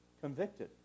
convicted